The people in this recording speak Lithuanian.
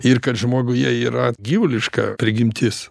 ir kad žmoguje yra gyvuliška prigimtis